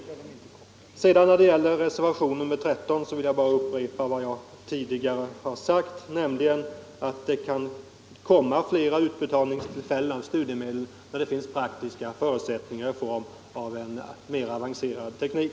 Beträffande reservationen 13 vill jag bara upprepa vad jag tidigare har sagt, nämligen att man kan kanske överväga att göra en uppdelning av studiemedlen på flera utbetalningstillfällen när det finns praktiska förutsättningar i form av en mera avancerad teknik.